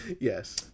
Yes